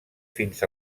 fins